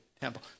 temple